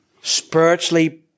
spiritually